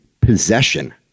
possession